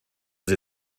sie